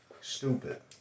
stupid